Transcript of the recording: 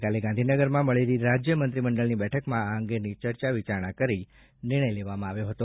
ગઈકાલે ગાંધીનગરમાં મળેલી રાજ્ય મંત્રીમંડળની બેઠકમાં આ અંગેની ચર્ચા વિચારણા કરી નિર્ણય લેવામાં આવ્યો હતો